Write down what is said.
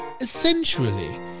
Essentially